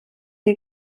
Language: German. dir